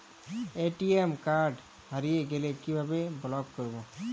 ATM card হারিয়ে গেলে কিভাবে ব্লক করবো?